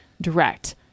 direct